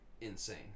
Insane